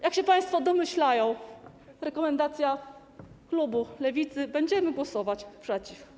Jak się państwo domyślają, rekomendacja Klubu Lewicy: będziemy głosować przeciw.